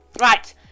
Right